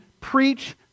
preach